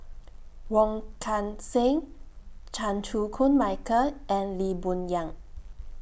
Wong Kan Seng Chan Chew Koon Michael and Lee Boon Yang